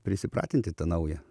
prisipratinti tą naują